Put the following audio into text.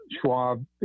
Schwab